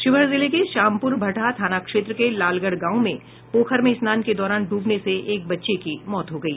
शिवहर जिले के श्यामपुर भटहा थाना क्षेत्र के लालगढ़ गांव में पोखर में स्नान के दौरान डूबने से एक बच्चे की मौत हो गई